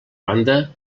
banda